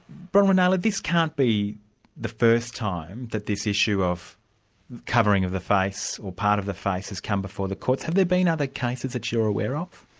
bronwyn naylor, this can't be the first time that this issue of covering of the face or part of the face has come before the courts. have there been other cases that you're aware of?